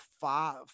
five